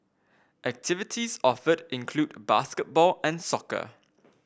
activities offered include basketball and soccer